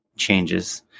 Changes